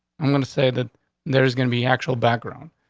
i'm going to say that there's gonna be actual background,